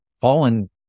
fallen